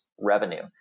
revenue